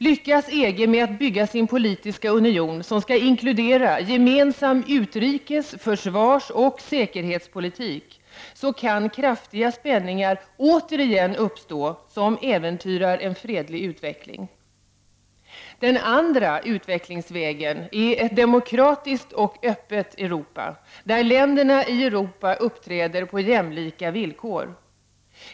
Lyckas EG med att bygga sin politiska union, som skall inkludera gemensam utrikes-, försvarsoch säkerhetspolitik, kan kraftiga spänningar återigen uppstå som äventyrar en fredlig utveckling. Den andra utvecklingsvägen är ett demokratiskt och öppet Europa, där länderna i Europa uppträder på jämlika villkor.